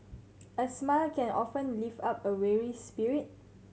a smile can often lift up a weary spirit